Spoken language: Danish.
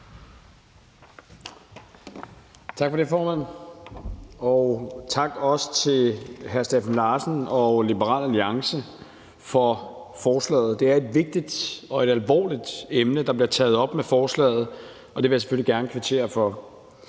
Tak for det, formand, og også tak til hr. Steffen Larsen og Liberal Alliance for forslaget. Det er et vigtigt og et alvorligt emne, der bliver taget op med forslaget, og det vil jeg selvfølgelig gerne kvittere for.